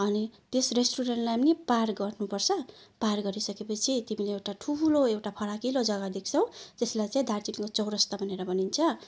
अनि त्यस रेस्टुरेन्टलाई पनि पार गर्नुपर्छ पार गरि सकेपछि तिमीले एउटा ठुलो एउटा फराकिलो जग्गा देख्छौँ त्यसलाई चाहिँ दार्जिलिङको चौरस्ता भनेर भनिन्छ